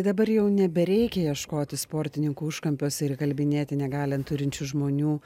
dabar jau nebereikia ieškoti sportininkų užkampiuose ir įkalbinėti negalią turinčių žmonių